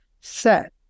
set